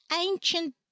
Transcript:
ancient